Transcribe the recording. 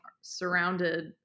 surrounded